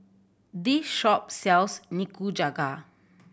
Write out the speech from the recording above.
this shop sells Nikujaga